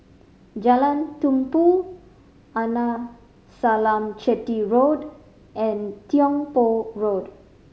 Jalan Tumpu Arnasalam Chetty Road and Tiong Poh Road